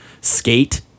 skate